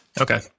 Okay